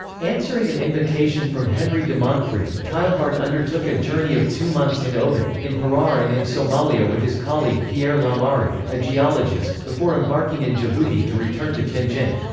answering an invitation from henry de monfreid, teilhard undertook a journey of two months in obock, in harrar and in somalia with his colleague pierre lamarre, a geologist, before embarking in djibouti to return to tianjin.